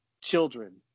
children